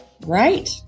Right